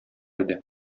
иде